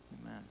amen